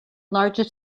largest